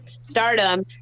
stardom